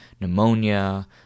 pneumonia